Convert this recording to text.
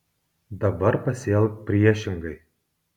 dabar pasielk priešingai